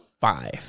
five